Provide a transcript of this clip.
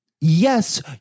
yes